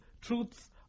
truths